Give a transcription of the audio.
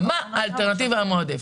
מה האלטרנטיבה המועדפת?